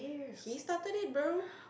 he started it bro